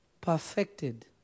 perfected